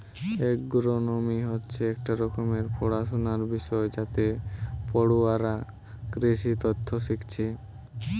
agronomy হচ্ছে একটা রকমের পড়াশুনার বিষয় যাতে পড়ুয়ারা কৃষিতত্ত্ব শিখছে